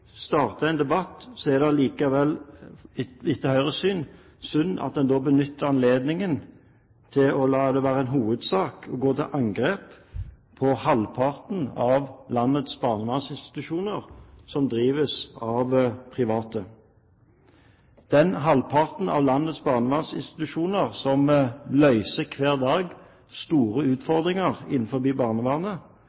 en debatt, er det likevel etter Høyres syn synd at man benytter anledningen til å la det være en hovedsak å gå til angrep på halvparten av landets barnevernsinstitusjoner, som drives av private. Den halvparten av landets barnevernsinstitusjoner som hver dag løser store